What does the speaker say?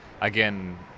again